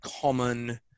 common